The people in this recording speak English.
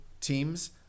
teams